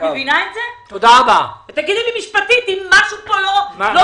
תגידי לי משפטית אם משהו כאן לא מסריח.